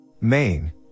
Main